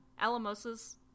alamosa's